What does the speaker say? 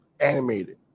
Animated